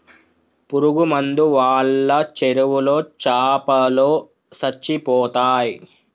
పురుగు మందు వాళ్ళ చెరువులో చాపలో సచ్చిపోతయ్